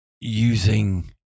using